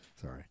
Sorry